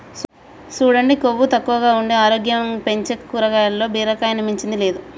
సూడండి కొవ్వు తక్కువగా ఉండి ఆరోగ్యం పెంచీ కాయగూరల్ల బీరకాయని మించింది లేదు